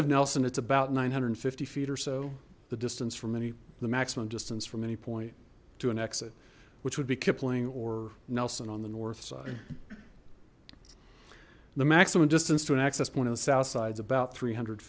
it's about nine hundred and fifty feet or so the distance from any the maximum distance from any point to an exit which would be kipling or nelson on the north side the maximum distance to an access point of the south side's about three hundred